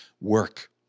work